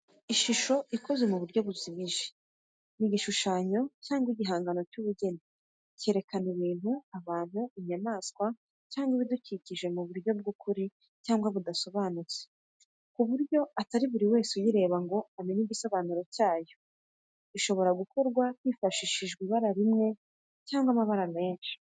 Ishusho ikoze mu buryo bujimije, ni igishushanyo cyangwa igihangano cy’ubugeni cyerekana ibintu, abantu, inyamaswa, cyangwa ibidukikije mu buryo bw’ukuri cyangwa budasobanutse ku buryo atari buri wese uyireba ngo amenye igisobanuro cyayo. Ishobora gukorwa hifashishijwe ibara rimwe cyangwa amabara menshi.